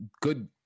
good